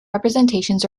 representations